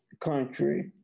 country